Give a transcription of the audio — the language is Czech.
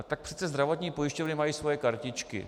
Tak přece zdravotní pojišťovny mají svoje kartičky.